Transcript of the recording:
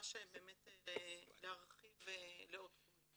ונדרש להרחיב לעוד תחומים.